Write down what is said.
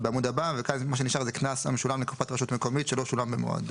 ומה שנשאר כאן זה: "קנס המשולם לקופת רשות מקומית שלא שולם במועדו".